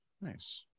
nice